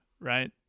right